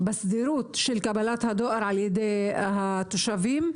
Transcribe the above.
בסדירות של קבלת הדואר על-ידי התושבים,